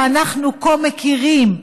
שאנחנו כה מכירים,